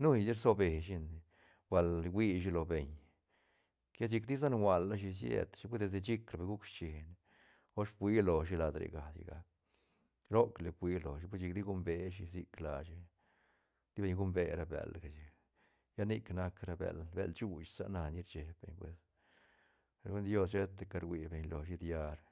nuili rsube shine bal huishi lo beñ lla chic tisa gualashi siet shi hui desde chic guc schine osh fuia loshi lad re ga sigac roc li fuia loshi per chic ti gumbeashi sic lashi ti beñ gumbe ra bël chic lla nic nac ra bël- bël shuuch sa na nia rche beñ pues ruñ dios shetaca rui beñ loshi diari.